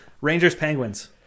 Rangers-Penguins